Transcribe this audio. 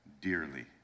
dearly